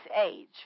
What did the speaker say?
age